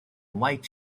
white